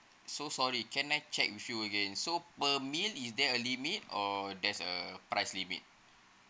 so sorry can I check with you again so per meal is there a limit or there's a price limit